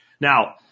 Now